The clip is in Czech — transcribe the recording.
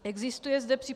Existuje zde při